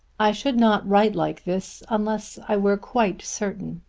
i should not write like this unless i were quite certain.